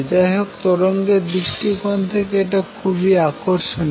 যাইহোক তরঙ্গের দৃষ্টিকোণ থেকে এটি খুবই আকর্ষণীয়